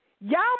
Y'all